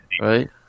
Right